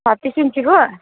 छत्तिस इन्चीको